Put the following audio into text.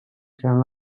creant